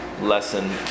lesson